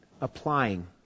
Applying